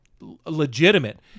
legitimate